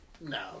No